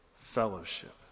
fellowship